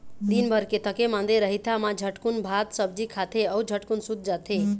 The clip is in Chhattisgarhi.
दिनभर के थके मांदे रतिहा मा झटकुन भात सब्जी खाथे अउ झटकुन सूत जाथे